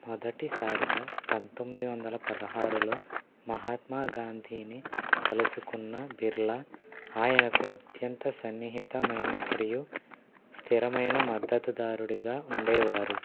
మొదటిసారిగా పంతొమ్మిది వందల పదహారులో మహాత్మాగాంధీని కలుసుకున్న బిర్లా ఆయనకు అత్యంత సన్నిహిత మరియు స్థిరమైన మద్దతుదారుడుగా ఉండేవారు